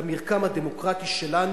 למרקם הדמוקרטי שלנו,